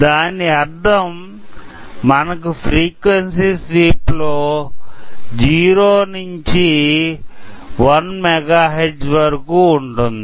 దీని అర్ధం మనకు ఫ్రీక్వెన్సీ స్వీప్ లో 0 నుంచి 1 Mega Hertz వరకు ఉంటుంది